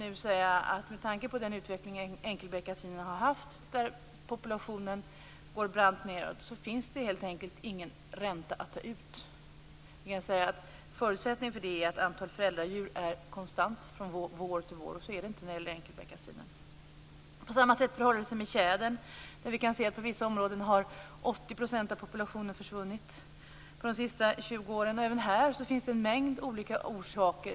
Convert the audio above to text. Vi menar att det med tanke på utvecklingen för enkelbeckasinen med en brant minskning av populationen helt enkelt inte finns någon ränta att ta ut. Förutsättningen för att det skall finnas är att antalet föräldradjur är konstant från vår till vår, och så är det inte med enkelbeckasinen. På samma sätt förhåller det sig med tjädern. I vissa områden har 80 % av populationen försvunnit de senaste 20 åren. Även här finns en mängd olika orsaker.